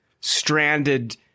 stranded